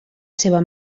seva